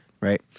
Right